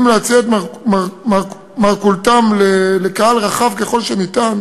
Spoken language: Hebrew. להציע את מרכולתם לקהל רחב ככל שניתן,